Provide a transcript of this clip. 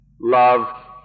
love